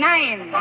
Nine